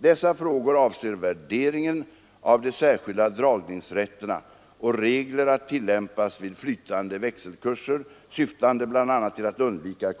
Dessa frågor avser värderingen av de särskilda dragningsrätterna och regler att tillämpas vid flytande växelkurser, syftande bl a. till att undvika